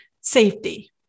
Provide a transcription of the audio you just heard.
Safety